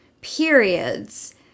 periods